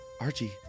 Archie